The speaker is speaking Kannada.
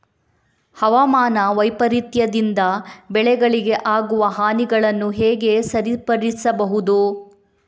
ಹವಾಮಾನ ವೈಪರೀತ್ಯದಿಂದ ಬೆಳೆಗಳಿಗೆ ಆಗುವ ಹಾನಿಗಳನ್ನು ಹೇಗೆ ಸರಿಪಡಿಸಬಹುದು?